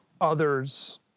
others